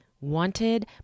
wanted